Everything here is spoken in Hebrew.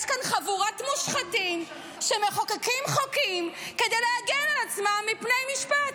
יש כאן חבורת מושחתים שמחוקקים חוקים כדי להגן על עצמם מפני משפט.